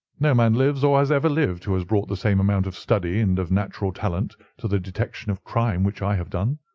no man lives or has ever lived who has brought the same amount of study and of natural talent to the detection of crime which i have done.